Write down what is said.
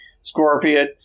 scorpion